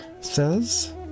says